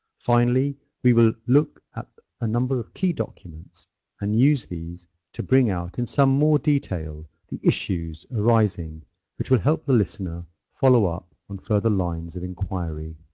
finally, we will look at a number of key documents and use these to bring out in some more detail the issues arising which will help the listener follow up on further lines of enquiry.